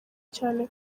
cyane